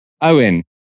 Owen